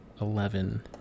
Eleven